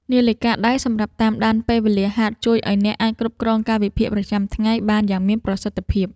នាឡិកាដៃសម្រាប់តាមដានពេលវេលាហាត់ ជួយឱ្យអ្នកអាចគ្រប់គ្រងកាលវិភាគប្រចាំថ្ងៃបានយ៉ាងមានប្រសិទ្ធភាព។